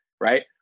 right